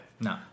No